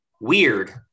Weird